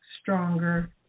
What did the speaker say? stronger